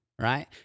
right